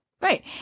Right